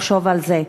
לחשוב על זה: